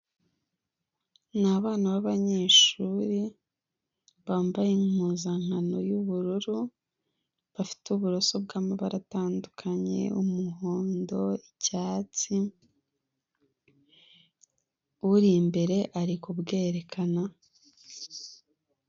Ni abana b'abanyeshuri, bambaye impuzankano y'ubururu, bafite uburoso bw'amabara atandukanye; umuhondo, icyatsi, uri imbere ari kubwerekana.